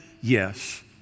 Yes